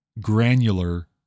granular